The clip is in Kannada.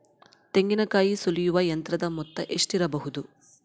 ತೆಂಗಿನಕಾಯಿ ಸುಲಿಯುವ ಯಂತ್ರದ ಮೊತ್ತ ಎಷ್ಟಿರಬಹುದು?